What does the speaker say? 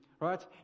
right